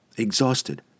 Exhausted